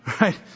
Right